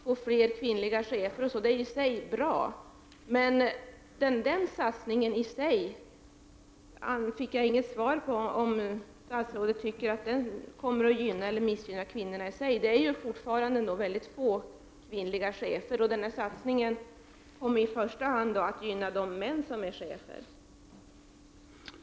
Fler kvinnliga chefer är i sig bra, men jag fick inget svar på om statsrådet tycker att den satsningen i sig kommer att gynna eller missgynna kvinnorna. Det finns fortfarande mycket få kvinnliga chefer, så den här satsningen kommer i första hand att gynna de män som är chefer.